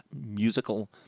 musical